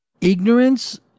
ignorance